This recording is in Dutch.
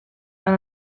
aan